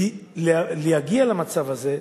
להגיע למצב הזה,